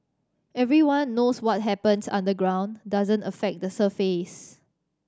everyone knows what happens underground doesn't affect the surface